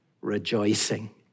rejoicing